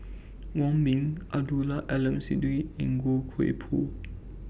Wong Ming Abdul Aleem Siddique and Goh Koh Pui